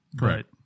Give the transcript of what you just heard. Right